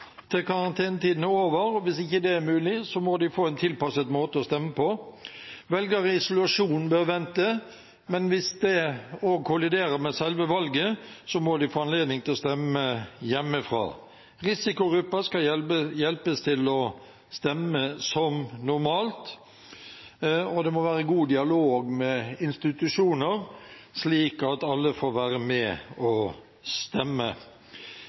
til karantenetiden er over, og hvis ikke det er mulig, må de få en tilpasset måte å stemme på. Velgere i isolasjon bør vente, men hvis det også kolliderer med selve valget, må de få anledning til å stemme hjemmefra. Risikogrupper skal hjelpes til å stemme som normalt. Det må være god dialog med institusjoner, slik at alle får være med og stemme.